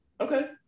Okay